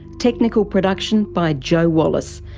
technical production by joe wallace.